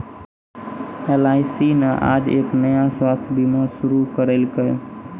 LIC न आज एक नया स्वास्थ्य बीमा शुरू करैलकै